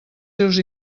seus